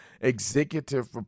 executive